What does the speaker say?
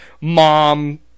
mom